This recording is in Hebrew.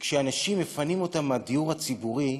כשאנשים, מפנים אותם מהדיור הציבורי,